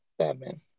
Seven